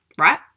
right